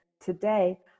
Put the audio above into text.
today